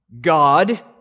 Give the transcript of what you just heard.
God